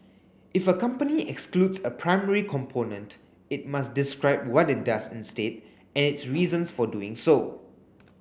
if a company excludes a primary component it must describe what it does instead and its reasons for doing so